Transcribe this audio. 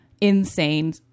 Insane